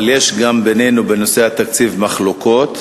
אבל יש גם, בינינו, בנושא התקציב מחלוקות,